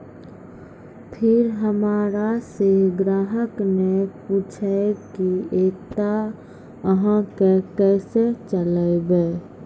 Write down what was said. फिर हमारा से ग्राहक ने पुछेब की एकता अहाँ के केसे चलबै?